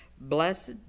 Blessed